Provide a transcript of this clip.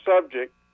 subject